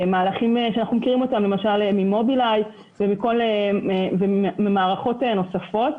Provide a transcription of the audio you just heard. מהלכים שאנחנו מכירים למשל ממוביליי וממערכות נוספות.